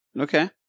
Okay